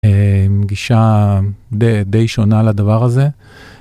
מגישה די שונה לדבר הזה.